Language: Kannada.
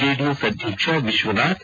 ಜೆಡಿಎಸ್ ಅಧ್ಯಕ್ಷ ವಿಶ್ವನಾಥ್